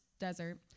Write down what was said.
desert